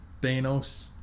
Thanos